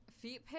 feet